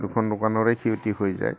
দুখন দোকানৰে ক্ষতি হৈ যায়